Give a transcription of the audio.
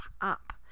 up